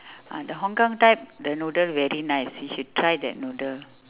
the hong-kong type the noodle very nice you should try that noodle